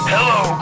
Hello